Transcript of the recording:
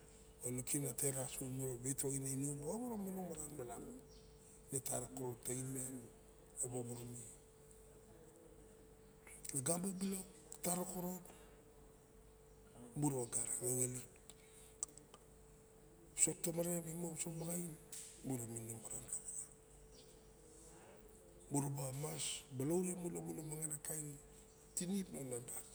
ne tara koron miang lagamo bilok a tara koron a pamili wisok tomare a wisok baxain mura manong maran ka waga muraba mas balaure mu moxana kain tinip naot das